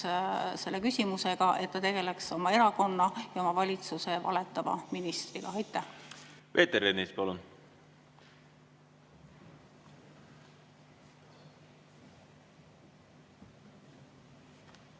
selle küsimusega, et ta tegeleks oma erakonna ja oma valitsuse valetava ministriga. Aitäh!